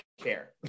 care